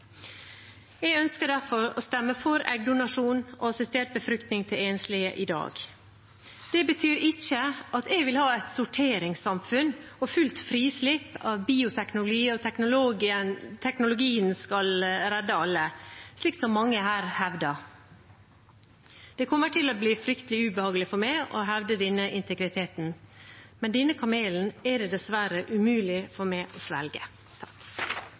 Jeg ønsker derfor å stemme for eggdonasjon og assistert befruktning for enslige i dag. Det betyr ikke at jeg vil ha et sorteringssamfunn og fullt frislipp av bioteknologi, og at teknologien skal redde alle, slik som mange her hevder. Det kommer til å bli fryktelig ubehagelig for meg å hevde denne integriteten, men denne kamelen er det dessverre umulig for meg å svelge.